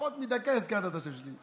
פחות מדקה והזכרת את השם שלי.